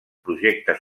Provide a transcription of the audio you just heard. projectes